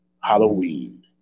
Halloween